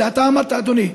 את זה אתה אמרת, אדוני.